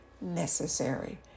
necessary